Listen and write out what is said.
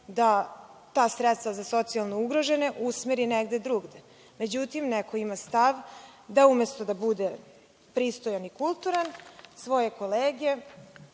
da ta sredstva za socijalno ugrožene usmeri negde drugde. Međutim, neko ima stav da, umesto da bude pristojan i kulturan, sa svojim kolegama